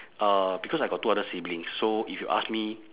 uh because I got two other siblings so if you ask me